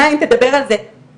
כל